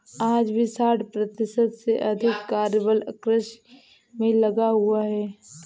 आज भी साठ प्रतिशत से अधिक कार्यबल कृषि में लगा हुआ है